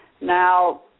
Now